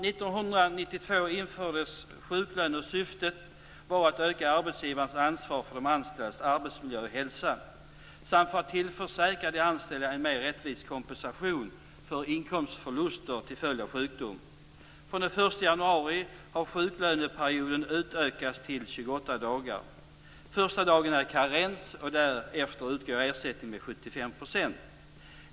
1992 infördes sjuklön, och syftet var att öka arbetsgivarens ansvar för de anställdas arbetsmiljö och hälsa samt att tillförsäkra de anställda en mer rättvis kompensation för inkomstförluster till följd av sjukdom. Från den 1 januari 1997 har sjuklöneperioden utökats till 28 dagar. Första dagen är karens, och därefter utgår ersättning med 75 %.